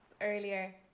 earlier